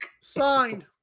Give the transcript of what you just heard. Signed